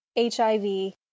HIV